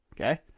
okay